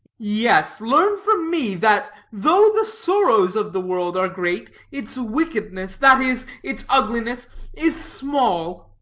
yes, learn from me that, though the sorrows of the world are great, its wickedness that is, its ugliness is small.